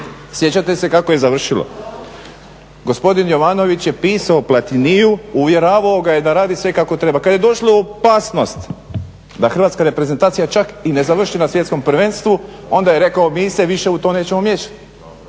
Sjećate se kako je završilo? Gospodin Jovanović je pisao Platiniju, uvjeravao ga je da radi sve kako treba. Kada je došlo u opasnost da Hrvatska reprezentacija čak i ne završi na svjetskom prvenstvu onda je rekao mi se više u to nećemo miješati.